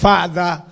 Father